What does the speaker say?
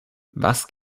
was